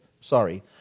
sorry